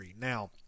Now